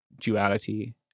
duality